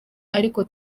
ariko